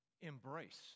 Embrace